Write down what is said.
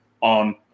on